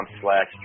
slash